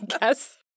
guess